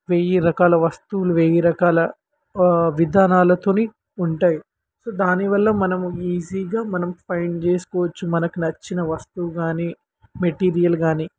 వెయ్యి రకాల వస్తువులు వెయ్యి రకాల విధానాలతోని ఉంటాయి సో దానివల్ల మనం ఈజీగా మనం ఫైండ్ చేసుకోవచ్చు మనకు నచ్చిన వస్తువు కానీ మెటీరియల్ కానీ